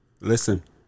Listen